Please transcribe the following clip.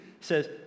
says